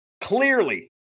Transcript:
Clearly